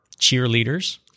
cheerleaders